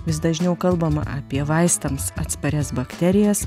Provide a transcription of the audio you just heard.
vis dažniau kalbama apie vaistams atsparias bakterijas